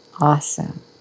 Awesome